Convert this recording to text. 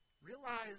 Realize